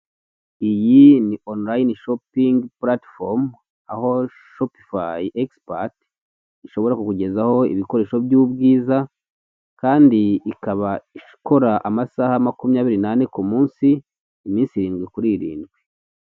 Iyi ni onurayini shopingi puratifomu aho shopufayi egisipati ishobora kukugezaho ibikoresho by'ubwiza kandi ikaba ikora amasaha makumyabiri nane k'umunsi iminsi irindwi kuri irindwi.